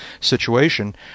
situation